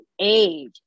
age